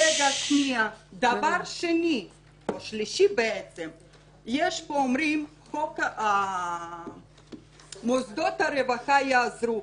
דבר שלישי, אומרים פה שמוסדות הרווחה יעזרו.